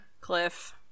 cliff